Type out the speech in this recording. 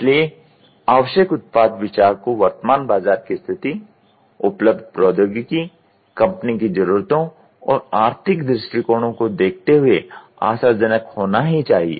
इसलिए आवश्यक उत्पाद विचार को वर्तमान बाजार की स्थिति उपलब्ध प्रौद्योगिकी कंपनी की जरूरतों और आर्थिक दृष्टिकोणों को देखते हुए आशाजनक होना ही चाहिए